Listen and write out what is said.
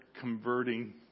converting